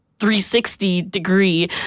360-degree